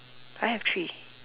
I have three